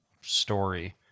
story